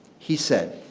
he said